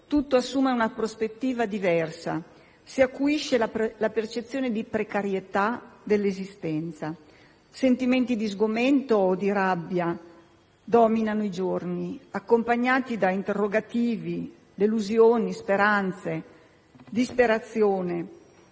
Tutto assume una prospettiva diversa. Si acuisce la percezione di precarietà dell'esistenza; sentimenti di sgomento o di rabbia dominano i giorni, accompagnati da interrogativi, delusioni, speranze, disperazione